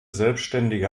selbständige